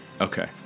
okay